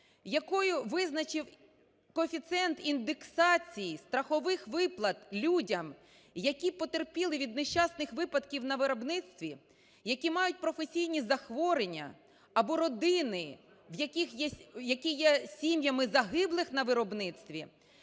якою визначив коефіцієнт індексації страхових виплат людям, які потерпіли від нещасних випадків на виробництві, які мають професійні захворювання, або родини, які є сім'ями загиблих на виробництві,